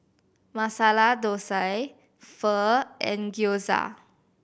Masala Dosa Pho and Gyoza